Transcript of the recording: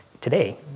today